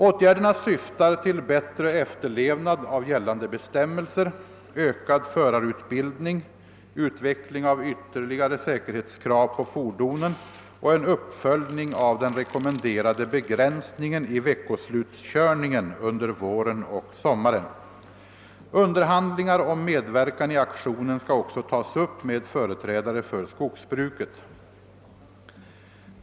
Åtgärderna syftar till bättre efterlevnad av gällande bestämmelser, ökad förarutbildning, utveckling av ytterligare säkerhetskrav på fordonen och en uppföljning av den rekommenderade begränsningen i veckoslutskörningen under våren och sommaren. Underhandlingar om medverkan i aktionen skall också tas upp med företrädare för skogsbruket.